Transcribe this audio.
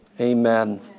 Amen